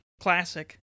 Classic